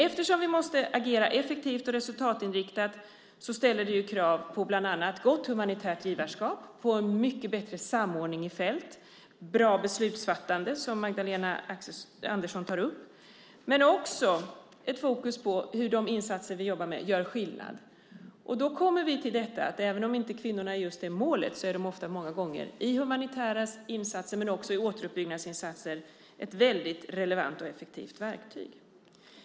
Eftersom vi måste agera effektivt och resultatinriktat ställer det krav på bland annat gott humanitärt givarskap, på en mycket bättre samordning i fält och på bra beslutsfattande, som Magdalena Andersson tar upp, men också på fokus på hur de insatser vi jobbar med gör skillnad. Då kommer vi till att även om kvinnor inte är målet är de många gånger - i humanitära insatser men också i återuppbyggnadsinsatser - ett mycket relevant och effektivt verktyg.